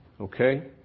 okay